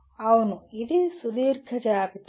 అవును ఇది సుదీర్ఘ జాబితా